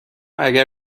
اگر